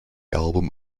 album